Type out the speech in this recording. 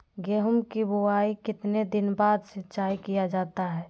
गेंहू की बोआई के कितने दिन बाद सिंचाई किया जाता है?